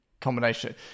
combination